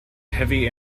heavy